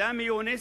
סמי יונס,